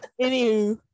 Anywho